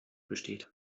besteht